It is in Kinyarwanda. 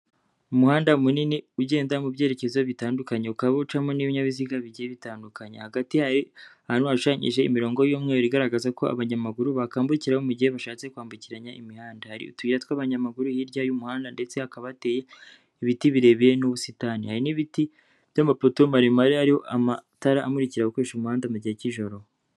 Umuhanda munini ugenda mu byerekezo bitandukanye. Ukaba ucamo n'ibinyabiziga bigiye bitandukanye. Hagati hari ahantu hashushanyije imirongo y'umweru igaragaza ko abanyamaguru bakambukirayo mu gihe bashatse kwambukiranya imihanda. Hari utuyira tw'abanyamaguru hirya y'umuhanda ndetse hakaba hateye ibiti birebire n'ubusitani. Hari n'ibiti by'amapoto maremare ariho amatara amurikira abakoresha umuhanda mu gihe cy'ijoro.